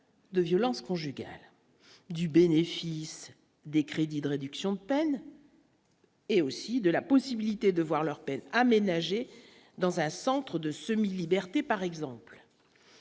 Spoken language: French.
de violences conjugales du bénéfice des crédits de réduction de peine. Et aussi de la possibilité de voir leur peine aménagée dans un centre de semi-liberté par exemple